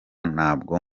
ntabwo